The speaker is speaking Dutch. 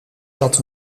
zat